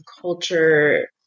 culture